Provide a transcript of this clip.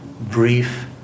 brief